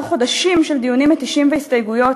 חודשים של דיונים מתישים והסתייגויות,